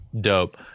Dope